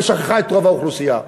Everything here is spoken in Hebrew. ושכחה את רוב האוכלוסייה.